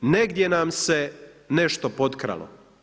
Negdje nam se nešto potkralo.